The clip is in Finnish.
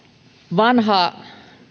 vanha